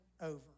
over